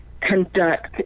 conduct